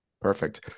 Perfect